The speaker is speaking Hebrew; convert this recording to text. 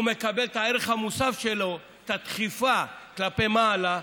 הוא מקבל את הערך המוסף שלו, את הדחיפה כלפי מעלה.